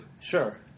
Sure